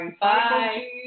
Bye